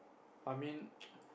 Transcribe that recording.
I mean